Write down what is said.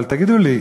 אבל תגידו לי,